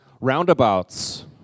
Roundabouts